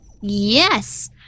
Yes